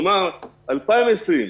כלומר ב-2020,